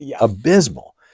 abysmal